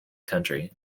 country